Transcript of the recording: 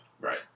right